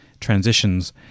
transitions